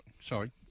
Sorry